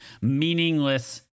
meaningless